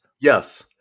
Yes